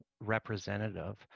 representative